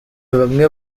bamwe